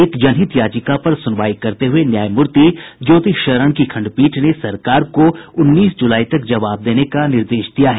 एक जनहित याचिका पर सुनवाई करते हुए न्यायमूर्ति ज्योति शरण की खंडपीठ ने सरकार को उन्नीस जुलाई तक जवाब देने का निर्देश दिया है